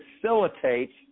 facilitate